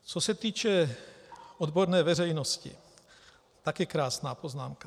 Co se týče odborné veřejnosti, taky krásná poznámka.